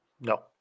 No